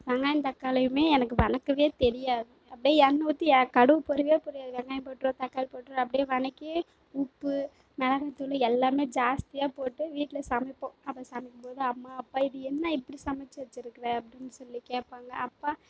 வெங்காயம் தக்காளியுமே எனக்கு வணக்கவே தெரியாது அப்டி எண்ணெ ஊற்றி ஏ கடுகு பொரியவே பொரியாது வெங்காயம் போட்டிருவேன் தக்காளி போட்டிருவேன் அப்டி வதக்கி உப்பு மிளகா தூள் எல்லாமே ஜாஸ்தியாக போட்டு வீட்டில சமைப்போம் அப்போ சமைக்கும்போது அம்மா அப்பா இது என்ன இப்படி சமைச்சி வச்சிருக்கற அப்படின் சொல்லி கேட்பாங்க அப்பா